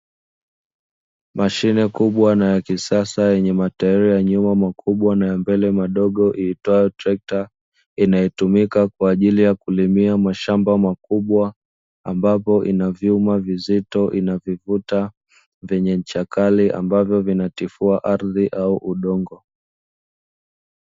Mashine kubwa na ya kisasa yenye matairi ya nyuma makubwa na ya mbele madogo iitwayo trekta, inayotumika kwa ajili ya kulimia mashamba makubwa ambapo ina vyuma vizito inavivuta vyenye ncha kali ambavyo vinatifuwa ardhi au udongo.